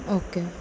okay